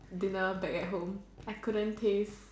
dinner back at home I couldn't taste